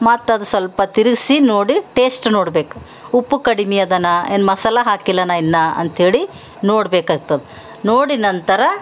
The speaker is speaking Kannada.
ಮತ್ತು ಅದು ಸ್ವಲ್ಪ ತಿರುಗ್ಸಿ ನೋಡಿ ಟೇಶ್ಟ್ ನೋಡ್ಬೇಕು ಉಪ್ಪು ಕಡಿಮೆ ಅದನಾ ಏನು ಮಸಾಲ ಹಾಕಿಲ್ಲನಾ ಇನ್ನೂ ಅಂಥೇಳಿ ನೋಡ್ಬೇಕಾಗ್ತದ ನೋಡಿದ ನಂತರ